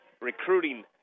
recruiting